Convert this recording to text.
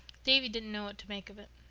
davy didn't know what to make of it.